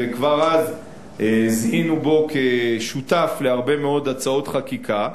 וכבר אז זיהינו בו שותף להרבה מאוד הצעות חקיקה,